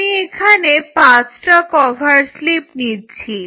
আমি এখানে পাঁচটা কভার স্লিপ নিচ্ছি